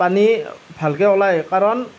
পানী ভালকৈ উলায় কাৰণ